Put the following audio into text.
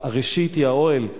ראשית היא האוהל,